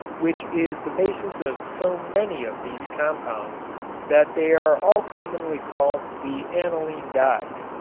which is the basis of so many of these compounds that they are all commonly called the aniline dyes.